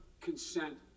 consent